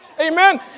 Amen